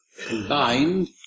combined